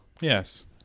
Yes